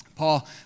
Paul